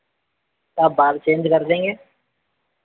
आप बाल चेंज कर देंगे